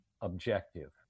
objective